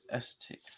ST